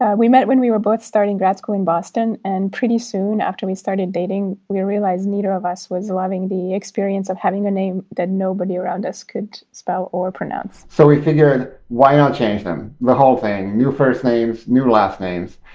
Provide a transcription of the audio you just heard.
we met when we were both starting grad school in boston, and pretty soon after we started dating we realized neither of us was loving the experience of having a name that nobody around us could spell or pronounce. so we figured why not change them? the whole thing new first names, new last names.